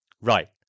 Right